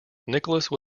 nicholson